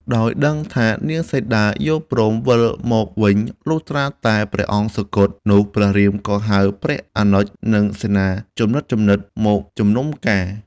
ដោយដឹងថានាងសីតាយល់ព្រមវិលមកវិញ លុះត្រាតែព្រះអង្គសុគតនោះព្រះរាមក៏ហៅព្រះអនុជនិងសេនាជំនិតៗមកជុំនុំការ។